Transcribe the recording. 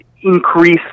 increase